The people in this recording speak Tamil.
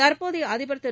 தற்போதையஅதிபர் திரு